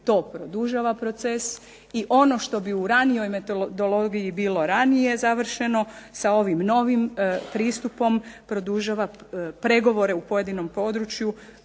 to produžava proces i ono što bi u ranijoj metodologiji bilo ranije završeno sa ovim novim pristupom produžava pregovore u pojedinom području